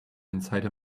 inside